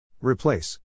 Replace